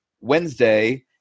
Wednesday